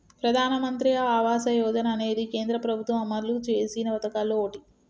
ప్రధానమంత్రి ఆవాస యోజన అనేది కేంద్ర ప్రభుత్వం అమలు చేసిన పదకాల్లో ఓటి